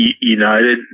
United